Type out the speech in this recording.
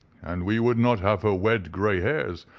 and we would not have her wed grey hairs,